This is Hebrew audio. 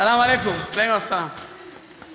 סלאם עליכום, עליכום א-סלאם.